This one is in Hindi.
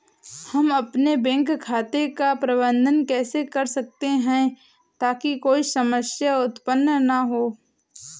हम अपने बैंक खाते का प्रबंधन कैसे कर सकते हैं ताकि कोई समस्या उत्पन्न न हो?